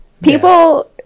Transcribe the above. People